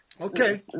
Okay